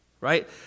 right